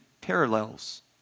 parallels